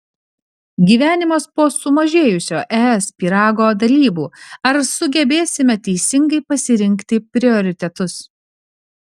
gyvenimas po sumažėjusio es pyrago dalybų ar sugebėsime teisingai pasirinkti prioritetus